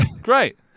great